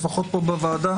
לפחות פה בוועדה,